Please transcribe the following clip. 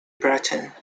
breton